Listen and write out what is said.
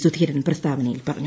സുധീരൻ പ്രസ്താവനയിൽ പറഞ്ഞു